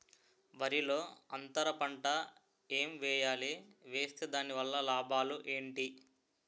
వరిలో అంతర పంట ఎం వేయాలి? వేస్తే దాని వల్ల లాభాలు ఏంటి?